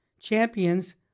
champions